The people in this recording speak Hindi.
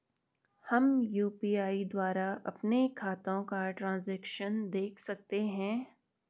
हम यु.पी.आई द्वारा अपने खातों का ट्रैन्ज़ैक्शन देख सकते हैं?